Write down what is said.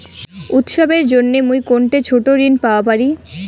উৎসবের জন্য মুই কোনঠে ছোট ঋণ পাওয়া পারি?